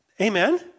Amen